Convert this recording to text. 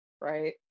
Right